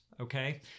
Okay